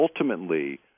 ultimately